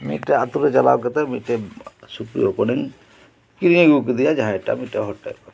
ᱢᱤᱫᱴᱮᱱ ᱟᱹᱛᱩ ᱨᱮ ᱪᱟᱞᱟᱣ ᱠᱟᱛᱮᱫ ᱢᱤᱫᱴᱮᱱ ᱥᱩᱠᱨᱤ ᱦᱚᱯᱚᱱᱮᱢ ᱠᱤᱨᱤᱧ ᱟᱹᱜᱩ ᱠᱮᱫᱮᱭᱟ ᱡᱟᱦᱟᱸᱭᱴᱟᱜ ᱢᱤᱫᱴᱮᱱ ᱦᱚᱲ ᱴᱷᱮᱱ ᱠᱷᱚᱱ